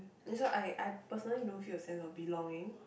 that's why I I personally don't feel a sense of belonging